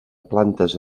plantes